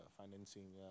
financing